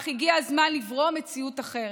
אך הגיע הזמן לברוא מציאות אחרת.